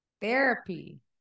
therapy